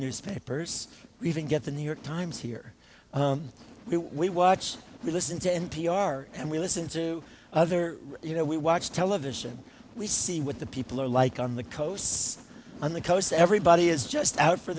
newspapers we even get the new york times here we watch we listen to n p r and we listen to other you know we watch television we see what the people are like on the coasts on the coasts everybody is just out for